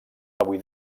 avui